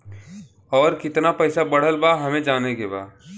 और कितना पैसा बढ़ल बा हमे जाने के बा?